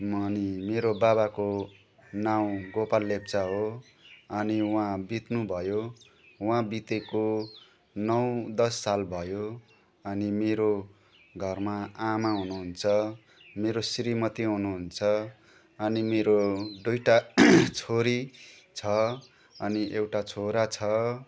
अनि मेरो बाबाको नाउँ गोपाल लेप्चा हो अनि उहाँ बित्नुभयो उहाँ बितेको नौ दस साल भयो अनि मेरो घरमा आमा हुनुहुन्छ मेरो श्रीमती हुनुहुन्छ अनि मेरो दुईवटा छोरी छ अनि एउटा छोरा छ